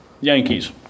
Yankees